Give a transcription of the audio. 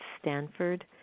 Stanford